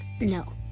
no